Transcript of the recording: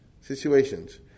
situations